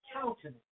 countenance